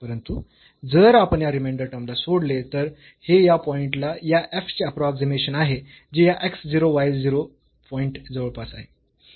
परंतु जर आपण या रिमेंडर टर्मला सोडले तर हे या पॉईंट ला या f चे अप्रोक्सीमेशन आहे जे या x 0 y 0 पॉईंट जवळपास आहे